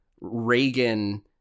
reagan